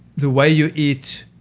the way you eat,